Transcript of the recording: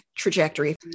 trajectory